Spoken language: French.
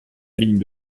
ligne